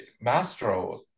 mastro